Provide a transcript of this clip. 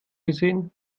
gesehen